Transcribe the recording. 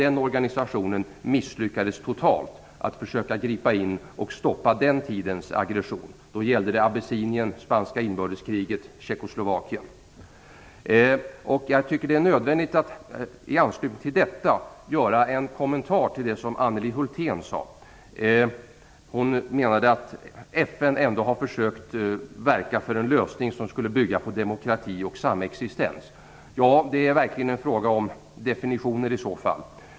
Den organisationen misslyckades totalt med att gripa in och stoppa den tidens aggression. Då gällde det Abessinien, spanska inbördeskriget och Tjeckoslovakien. I anslutning till detta tycker jag att det är nödvändigt att kommentera det som Anneli Hulthén sade. Hon menade att FN ändå har försökt verka för en lösning som skulle bygga på demokrati och samexistens. Det är verkligen en fråga om definitioner i så fall.